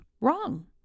wrong